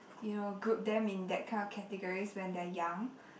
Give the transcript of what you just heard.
you know group them in that kind of categories when they are young